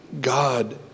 God